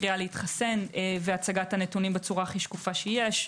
קריאה להתחסן והצגת הנתונים בצורה הכי שקופה שיש.